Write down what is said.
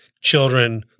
children